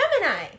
Gemini